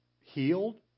healed